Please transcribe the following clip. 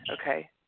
Okay